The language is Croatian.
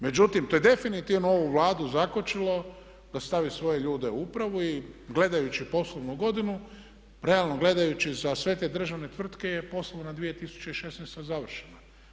Međutim, to je definitivno ovu Vladu zakočilo da stavi svoje ljude u upravu i gledajući poslovnu godinu, realno gledajući za sve te državne tvrtke je poslovna 2016.završena.